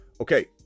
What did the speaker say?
Okay